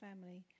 family